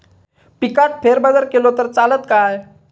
पिकात फेरबदल केलो तर चालत काय?